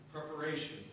Preparation